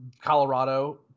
Colorado